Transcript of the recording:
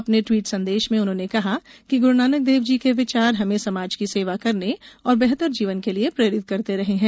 अपने ट्वीट संदेश में उन्होंने कहा कि गुरू नानक देव जी के विचार हमें समाज की सेवा करने और बेहतर जीवन के लिए प्रेरित करते रहे हैं